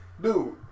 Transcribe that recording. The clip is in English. Dude